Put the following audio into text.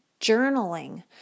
journaling